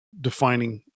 defining